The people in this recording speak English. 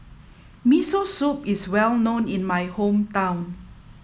Miso Soup is well known in my hometown